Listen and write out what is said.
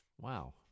Wow